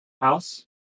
house